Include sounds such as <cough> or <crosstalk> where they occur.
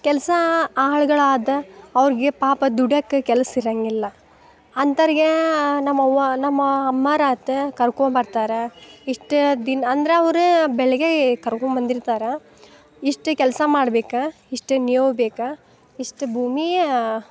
ಕೆಲ್ಸ ಆಳುಗಳಾದ ಅವ್ರ್ಗೆ ಪಾಪ ದುಡ್ಯಕೆ ಕೆಲ್ಸ ಇರಂಗಿಲ್ಲ ಅಂಥವ್ರಿಗೆ ನಮ್ಮ ಅವ್ವ ನಮ್ಮ ಅಮ್ಮರಾತ ಕರ್ಕೊ ಬರ್ತಾರ ಇಷ್ಟೆ ದಿನ ಅಂದರೆ ಅವರೇ ಬೆಳಗ್ಗೆ ಕರ್ಕೊಬಂದಿರ್ತಾರೆ ಇಷ್ಟೇ ಕೆಲಸ ಮಾಡ್ಬೇಕು <unintelligible> ಬೇಕು ಇಷ್ಟೇ ಭೂಮಿಯ